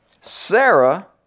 Sarah